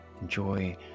Enjoy